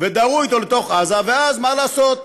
ודהרו אתו לתוך עזה, ואז, מה לעשות,